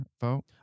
vote